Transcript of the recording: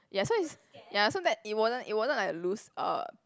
ya so it's ya so that it wasn't it wasn't like loose uh